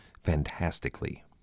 fantastically